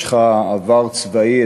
יש לך עבר צבאי,